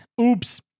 Oops